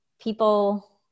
people